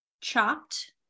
Chopped